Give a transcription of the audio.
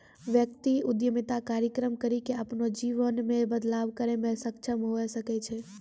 व्यक्ति उद्यमिता कार्यक्रम करी के अपनो जीवन मे बदलाव करै मे सक्षम हवै सकै छै